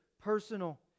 personal